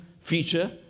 feature